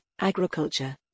agriculture